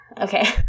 Okay